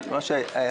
בבקשה.